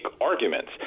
arguments